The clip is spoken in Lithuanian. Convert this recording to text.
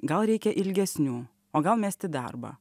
gal reikia ilgesnių o gal mesti darbą